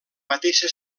mateixa